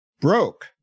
Broke